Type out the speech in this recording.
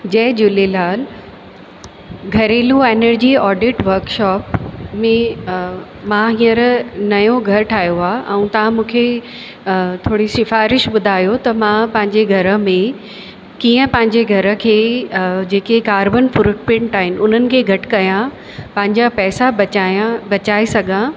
जय झूलेलाल घरेलू energy audit workshop में मां हींअर नयो घरु ठाहियो आहे ऐं तव्हां मूंखे थोरी सिफ़ारिश ॿुधायो त मां पंहिंजे घर में कीअं पंहिंजे घर खे जेके कार्बन फुटप्रिंट आहिनि उन्हनि खे घटि कयां पंहिंजा पैसा बचायां बचाए सघां